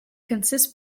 consists